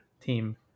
team